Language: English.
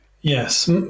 yes